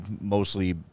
mostly